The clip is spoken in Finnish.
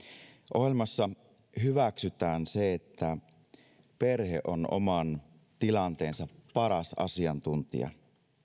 ohjelmassa hyväksytään se että perhe on oman tilanteensa paras asiantuntija